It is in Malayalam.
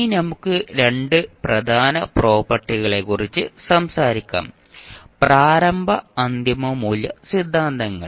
ഇനി നമുക്ക് രണ്ട് പ്രധാന പ്രോപ്പർട്ടികളെക്കുറിച്ച് സംസാരിക്കാം പ്രാരംഭ അന്തിമ മൂല്യ സിദ്ധാന്തങ്ങൾ